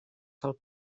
del